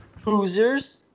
Hoosiers